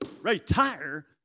retire